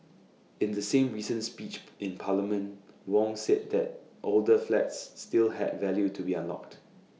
in the same recent speech in parliament Wong said that older flats still had value to be unlocked